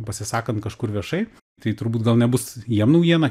pasisakant kažkur viešai tai turbūt gal nebus jiem naujiena